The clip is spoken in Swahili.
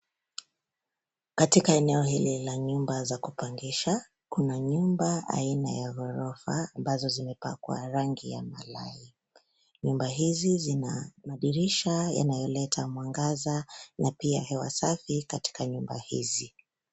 Katika eneo hili la nyumba za kupangisha kuna nyumba aina ya ghorofa ambazo zimepakwa rangi ya malai nyumba hizi zina madirisha yanayoleta mwangaza na pia hewa safi katika nyumba hizi.